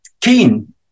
keen